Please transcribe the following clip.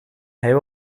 hij